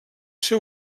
ser